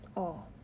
orh